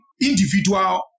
individual